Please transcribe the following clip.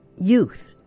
youth